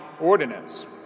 ordinance